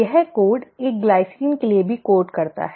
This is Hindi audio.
यह कोड एक ग्लाइसिन के लिए भी कोड करता है